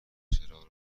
چراغ